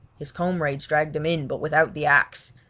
his comrades dragged him in but without the axe,